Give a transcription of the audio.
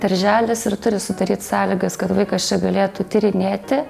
darželis ir turi sudaryt sąlygas kad vaikas čia galėtų tyrinėti